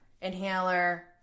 inhaler